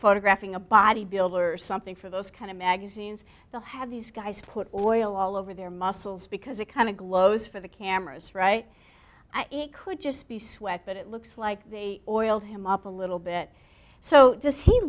photographing a bodybuilder or something for those kind of magazines the have these guys put oil all over their muscles because it kind of glows for the cameras right it could just be sweat but it looks like they oriel him up a little bit so does he